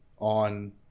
on